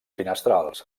finestrals